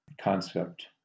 concept